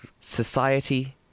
Society